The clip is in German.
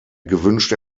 gewünschte